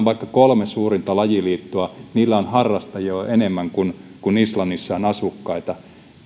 vaikka kolme suurinta lajiliittoa niillä on harrastajia jo enemmän kuin islannissa on asukkaita